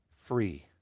free